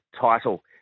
title